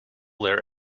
their